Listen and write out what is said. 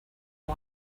one